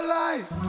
life